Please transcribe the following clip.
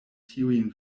tiujn